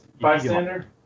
Bystander